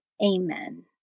Amen